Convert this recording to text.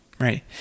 right